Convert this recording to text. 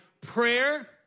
prayer